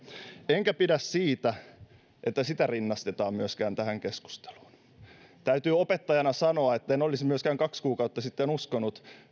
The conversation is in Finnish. enkä pidä myöskään siitä että sitä rinnastetaan tähän keskusteluun täytyy ykkösluokan opettajana sanoa että en olisi myöskään kaksi kuukautta sitten uskonut